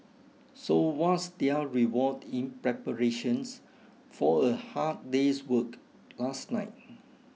so what's their reward in preparation for a hard day's work last night